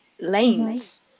lanes